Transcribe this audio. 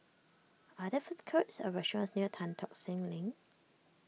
are there food courts or restaurants near Tan Tock Seng Link